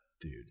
dude